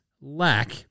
lack